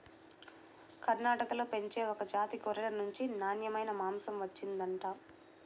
కర్ణాటకలో పెంచే ఒక జాతి గొర్రెల నుంచి నాన్నెమైన మాంసం వచ్చిండంట